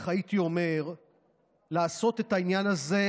אגב, ערבות לבחירות זה cash flow.